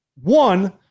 one